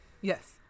yes